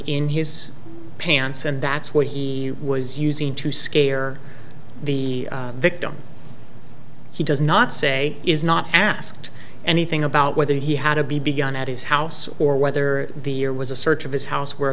in his pants and that's what he was using to scare the victim he does not say is not asked anything about whether he had a b b gun at his house or whether the year was a search of his house